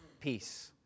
Peace